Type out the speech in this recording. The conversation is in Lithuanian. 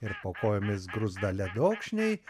ir po kojomis bruzda ledokšniai